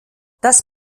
das